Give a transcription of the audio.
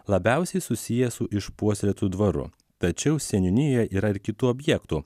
labiausiai susiję su išpuoselėtu dvaru tačiau seniūnijoje yra ir kitų objektų